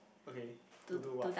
okay to do what